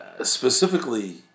specifically